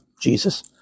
Jesus